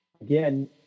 again